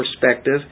perspective